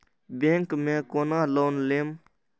Bank में केना loan लेम?